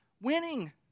winning